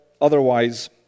otherwise